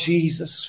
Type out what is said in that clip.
Jesus